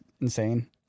insane